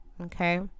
Okay